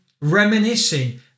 reminiscing